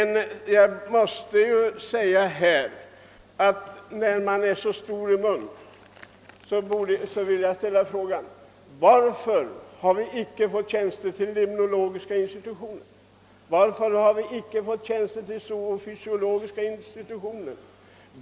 När man nu här är så stor i munnen vill jag ställa frågan: Varför får vi inga tjänster till limnologiska institutionen? Varför har vi inte fått några tjänster till zoofysiologiska institutionen?